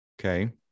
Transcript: okay